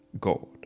God